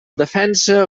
defensa